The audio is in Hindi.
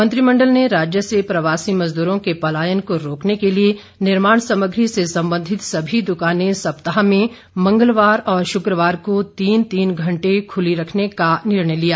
मंत्रिमंडल ने राज्य से प्रवासी मजदूरों के पलायन को रोकने के लिए निर्माण सामग्री से संबंधित सभी दुकाने सप्ताह में मंगलवार और शुक्रवार को तीन तीन घंटे खुली रखने का निर्णय लिया